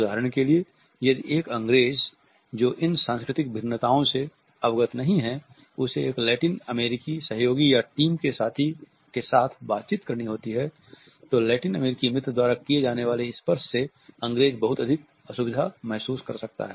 उदाहरण के लिए यदि एक अँग्रेज़ जो इन सांस्कृतिक भिन्नताओं से अवगत नहीं है उसे एक लैटिन अमेरिकी सहयोगी या टीम के साथी के साथ बातचीत करनी होती है तो लैटिन अमेरिकी मित्र द्वारा किये जाने वाले स्पर्श से अंग्रेज बहुत अधिक असुभिधा महसूस कर सकता है